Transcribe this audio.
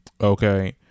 Okay